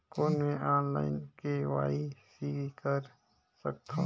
कौन मैं online KYC कर सकथव?